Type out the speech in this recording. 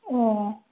ए